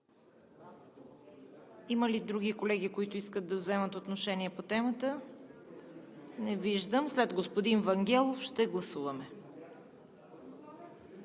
Има ли други колеги, които искат да вземат отношение по темата? Не виждам. След господин Вангелов ще гласуваме.